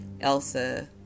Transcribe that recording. elsa